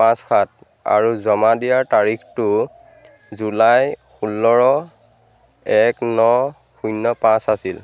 পাঁচ সাত আৰু জমা দিয়াৰ তাৰিখটো জুলাই ষোল্ল এক ন শূন্য পাঁচ আছিল